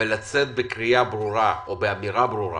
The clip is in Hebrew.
ולצאת בקריאה ברורה, באמירה ברורה